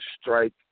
strike